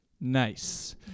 Nice